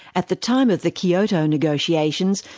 at the time of the kyoto negotiations,